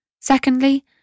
Secondly